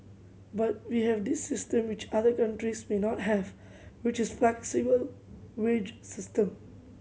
but we have this system which other countries may not have which is flexible wage system